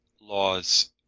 laws